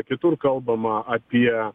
kitur kalbama apie